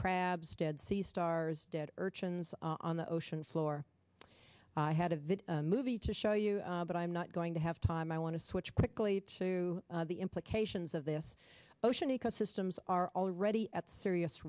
crabs dead sea stars dead urchins on the ocean floor i had a vivid movie to show you but i'm not going to have time i want to switch quickly to the implications of this ocean ecosystems are already at serious